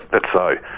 that's so,